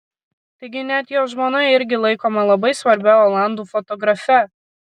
taigi net jo žmona irgi laikoma labai svarbia olandų fotografe